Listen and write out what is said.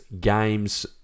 games